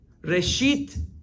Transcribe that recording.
Reshit